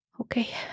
Okay